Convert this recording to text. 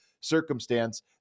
circumstance